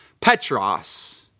petros